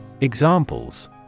Examples